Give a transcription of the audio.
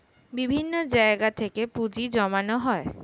বিভিন্ন জায়গা থেকে পুঁজি জমানো হয়